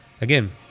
again